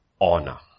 honor